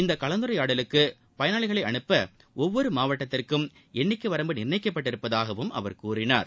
இந்த கலந்துரையாடலுக்கு பயனாளிகளை அனுப்ப ஒவ்வொரு மாவட்டத்திற்கும் எண்ணிக்கை வரம்பு நிர்ணயிக்கப்பட்டிருப்பதாகவும் அவர் கூறினார்